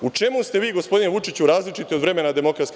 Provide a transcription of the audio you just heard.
U čemu ste vi, gospodine Vučiću različiti od vremena DS?